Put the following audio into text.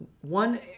one